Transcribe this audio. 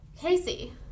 Casey